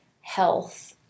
health